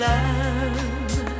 Love